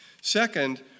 Second